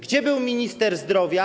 Gdzie był minister zdrowia?